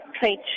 trade